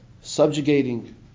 subjugating